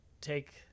take